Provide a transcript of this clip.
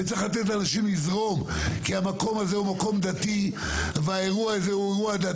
צריך לתת לאנשים לזרום כי זה מקום דתי וזה אירוע דתי.